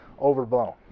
overblown